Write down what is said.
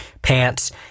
Pants